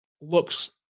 looks